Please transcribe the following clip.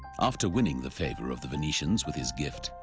after winning the favor of the venetians with his gift,